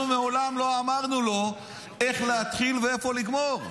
אנחנו מעולם לא אמרנו לו איך להתחיל ואיפה לגמור.